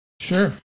Sure